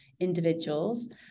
individuals